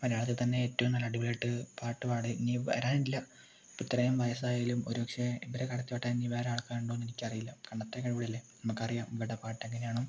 മലയാളത്തിൽ തന്നെ ഏറ്റോം നല്ല അടിപൊളിയായിട്ട് പാട്ടുപാടി ഇനി വരാനില്ല ഇപ്പോൾ ഇത്രയും വയസായാലും ഒരു പക്ഷേ ഇവരെ കടത്തിവെട്ടാൻ ഇനി വേറെ ആൾക്കാരുണ്ടോ എന്നെനിക്ക് അറിയില്ല പണ്ടത്തെ അല്ലേ നമുക്കറിയാം ഇവരുടെ പാട്ട് എങ്ങനെ ആണെന്ന്